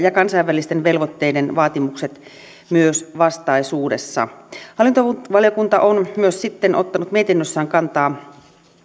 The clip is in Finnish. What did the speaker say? ja kansainvälisten velvoitteiden vaatimukset myös vastaisuudessa hallintovaliokunta on myös sitten ottanut mietinnössään kantaa